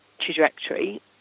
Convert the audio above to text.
trajectory